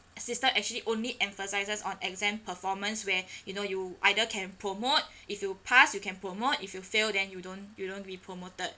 system actually only emphasises on exam performance where you know you either can promote if you pass you can promote if you fail then you don't you don't be promoted